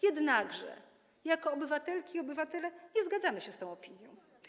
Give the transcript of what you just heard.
Jednakże jako obywatelki i obywatele nie zgadzamy się z tą opinią.